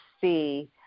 see